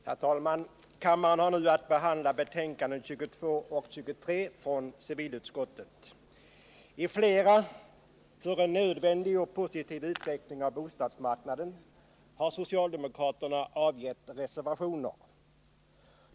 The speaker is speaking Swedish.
Herr talman! Kammaren har nu att behandla betänkandena 22 och 23 från civilutskottet. I flera frågor — för en nödvändig och positiv utveckling av bostadsmarknaden — har socialdemokraterna avgett reservationer.